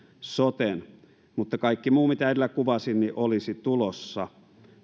soten kaikki muu mitä edellä kuvasin olisi tulossa